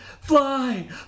Fly